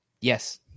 Yes